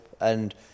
and-